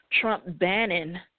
Trump-Bannon